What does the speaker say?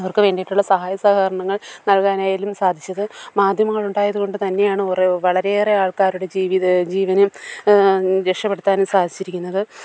അവർക്ക് വേണ്ടിയിട്ടുള്ള സഹായ സഹകരണങ്ങൾ നല്കാനായാലും സാധിച്ചത് മാധ്യമങ്ങൾ ഉണ്ടായതുകൊണ്ട് തന്നെയാണ് ഓരോ വളരെയേറെ ആൾക്കാരുടെ ജീവിതം ജീവനും രക്ഷപ്പെടുത്താനും സാധിച്ചിരിക്കുന്നത്